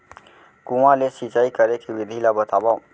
कुआं ले सिंचाई करे के विधि ला बतावव?